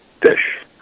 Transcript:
fish